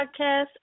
podcast